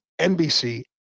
NBC